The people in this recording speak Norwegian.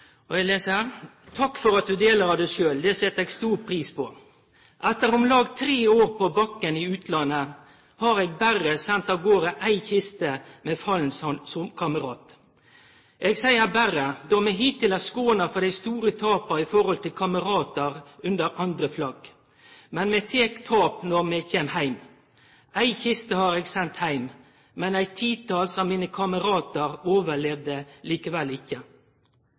for at du deler av deg sjølv. Det set eg stor pris på. Etter om lag tre år på bakken i utlandet, har eg «berre» sendt avgårde ei kiste med fallen kamerat. Eg seier «berre», då me hittil er skåna for dei store tapa i forhold til kameratar under andre flagg. Men me tek tap når me kjem heim. Ei kiste har eg sendt heim, men eit titals av mine kameratar overlevde likevel ikkje.